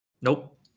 Nope